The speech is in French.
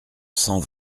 cent